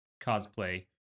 cosplay